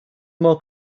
more